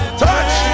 touch